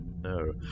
No